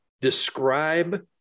describe